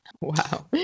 Wow